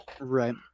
Right